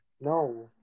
No